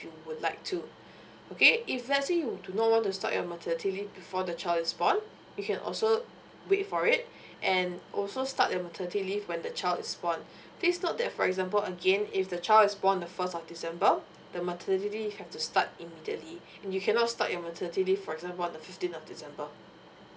if you would like to okay if let's say you do not want to start your maternity leave before the child is born you can also wait for it and also start your maternity leave when the child is born please note that for example again if the child is born on the first of december the maternity leave you have to start immediately you cannot start your maternity leave for example on the fifteen of december